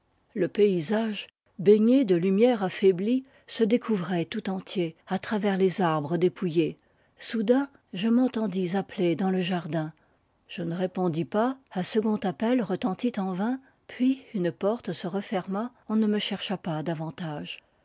le paysage baigné de lumière affaiblie se découvrait tout entier à travers les arbres dépouillés soudain je m'entendis appeler dans le jardin je ne répondis pas un second appel retentit en vain puis une porte se referma on ne me chercha pas davantage